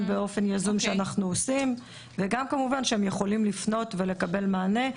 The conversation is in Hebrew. גם באופן ייזום וגם הם יכולים לפנות ולקבל מענה.